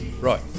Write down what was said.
right